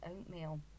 oatmeal